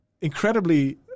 incredibly